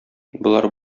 болар